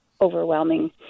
overwhelming